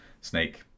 snake